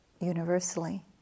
universally